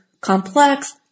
complex